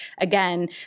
again